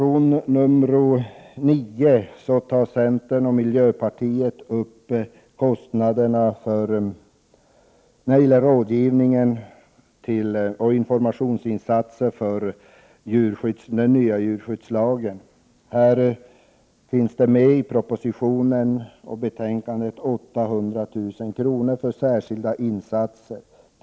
I reservation 9 tar centern och miljöpartiet upp frågan om information rörande den nya djurskyddslagen. I propositionen och utskottsbetänkandet föreslås ett anslag på 800 000 kr. för särskilda insatser på detta område.